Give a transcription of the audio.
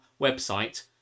website